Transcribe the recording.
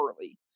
early